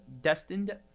destined